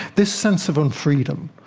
this sense of un-freedom,